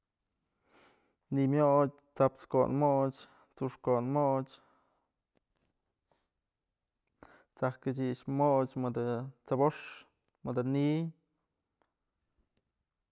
Nimyoch, tsaps kon moch, t'suxk konvmoch, t'saj kët'sich moch, mëdë t'sbox mëdë ni'iy.